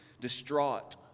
distraught